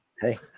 hey